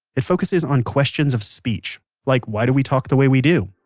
it focuses on questions of speech like why do we talk the way we do?